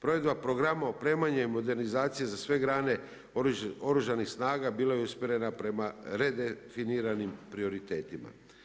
Provedba programa opremanje i modernizacija za sve grane Oružanih snaga bilo je usmjerena prema redefiniranim prioritetima.